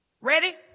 Ready